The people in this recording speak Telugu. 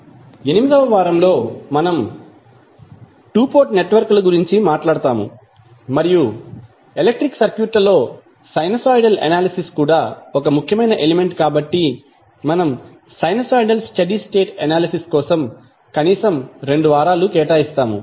8 వ వారంలో మనం 2 పోర్ట్ నెట్వర్క్ల గురించి మాట్లాడుతాము మరియు ఎలక్ట్రిక్ సర్క్యూట్లలో సైనూసోయిడల్ అనాలిసిస్ కూడా ఒక ముఖ్యమైన ఎలిమెంట్ కాబట్టి మనం సైనూసోయిడల్ స్టడీ స్టేట్ ఎనాలిసిస్ కోసం కనీసం 2 వారాలు కేటాయిస్తాము